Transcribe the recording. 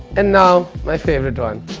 and now my favorite one!